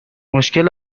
مشکل